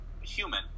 human